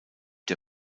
der